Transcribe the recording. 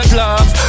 love